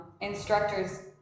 instructors